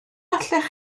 allech